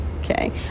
okay